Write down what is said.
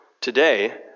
Today